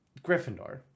Gryffindor